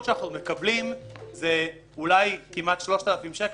שאנחנו מקבלות זה אולי כמעט 3,000 שקל,